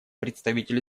представитель